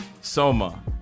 Soma